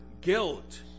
guilt